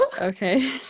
okay